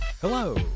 Hello